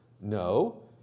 No